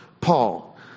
Paul